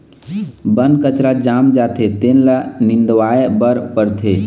बन कचरा जाम जाथे तेन ल निंदवाए बर परथे